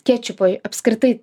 kečupo apskritai